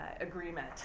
agreement